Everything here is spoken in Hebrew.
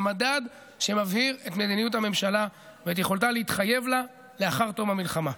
המדד שמעביר את מדיניות הממשלה ואת יכולתה להתחייב לה לאחר תום המלחמה.